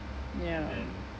ya